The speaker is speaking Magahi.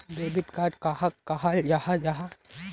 डेबिट कार्ड कहाक कहाल जाहा जाहा?